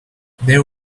there